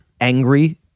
angry